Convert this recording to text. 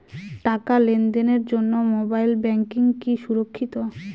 টাকা লেনদেনের জন্য মোবাইল ব্যাঙ্কিং কি সুরক্ষিত?